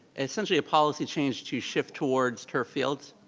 essentially a policy change to shift towards turf fields.